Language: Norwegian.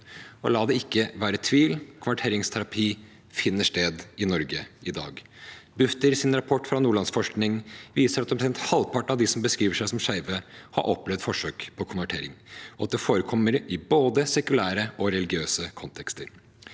La det ikke være tvil: konverteringsterapi finner sted i Norge i dag. Bufdirs rapport fra Nordlandsforskning viser at omtrent halvparten av dem som beskriver seg som skeive, har opplevd forsøk på konvertering, og at det forekommer i både sekulære og religiøse kontekster.